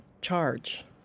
charge